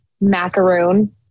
macaroon